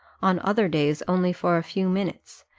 on other days only for a few minutes,